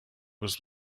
was